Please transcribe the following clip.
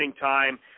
time